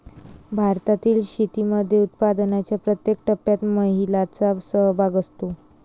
भारतातील शेतीमध्ये उत्पादनाच्या प्रत्येक टप्प्यात महिलांचा सहभाग असतो